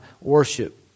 worship